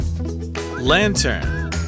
Lantern